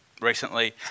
Recently